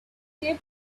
kept